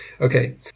Okay